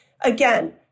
again